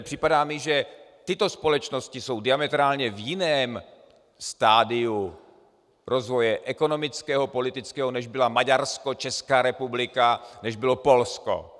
Připadá mi, že tyto společnosti jsou diametrálně v jiném stadiu rozvoje ekonomického, politického, než byly Maďarsko, Česká republika, než bylo Polsko.